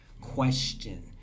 question